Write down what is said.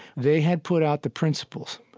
they had put out the principles.